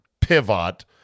pivot